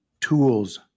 tools